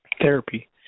therapy